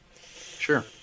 Sure